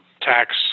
tax